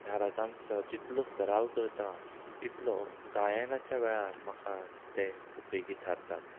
ह्या रागांचो जितलो सराव करता तितलो गायनाच्या वेळार म्हाका ते उपेगी थारतात